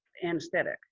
anesthetic